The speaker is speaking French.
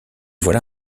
voilà